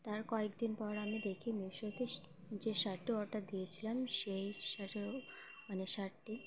তার কয়েকদিন পর আমি দেখি মিশোতে যে শার্টটি অর্ডার দিয়েছিলাম সেই শার্টেরও মানে শার্টটির